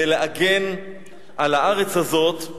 ולהגן על הארץ הזאת,